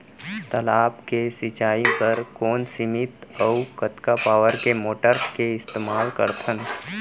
तालाब से सिंचाई बर कोन सीमित अऊ कतका पावर के मोटर के इस्तेमाल करथन?